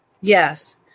Yes